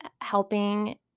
helping